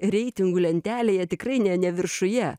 reitingų lentelėje tikrai ne ne viršuje